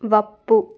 ಒಪ್ಪು